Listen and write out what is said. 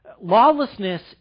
Lawlessness